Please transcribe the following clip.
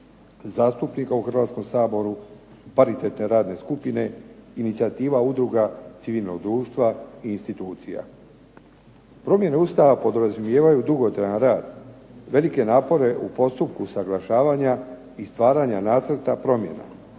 zastupnika u Hrvatskom saboru, kvalitetne radne skupine, inicijativa udruga civilnog društva i institucija. Promjene Ustava podrazumijevaju dugotrajan rad, velike napore u postupku usuglašavanja i stvaranja nacrta promjena.